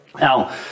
Now